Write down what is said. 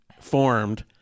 formed